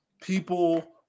People